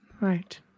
right